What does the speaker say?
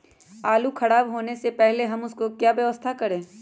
आलू खराब होने से पहले हम उसको क्या व्यवस्था करें?